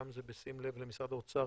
גם זה בשים לב למשרד האוצר,